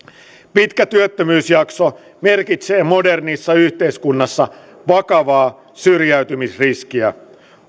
pitkä työttömyysjakso merkitsee modernissa yhteiskunnassa vakavaa syrjäytymisriskiä